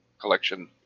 collection